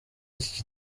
iki